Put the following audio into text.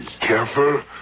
Careful